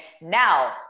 now